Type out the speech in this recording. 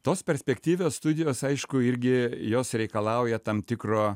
tos perspektyvios studijos aišku irgi jos reikalauja tam tikro